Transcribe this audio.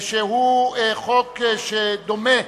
שהוא חוק שדומה